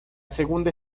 segunda